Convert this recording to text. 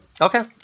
Okay